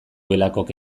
belakok